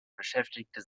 beschäftigte